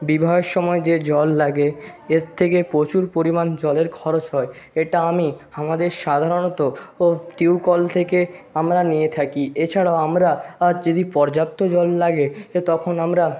বিবাহের সময় যে জল লাগে এর থেকে প্রচুর পরিমাণ জলের খরচ হয় এটা আমি আমাদের সাধারণত ও টিউ কল থেকে আমরা নিয়ে থাকি এছাড়াও আমরা যদি পর্যাপ্ত জল লাগে এ তখন আমরা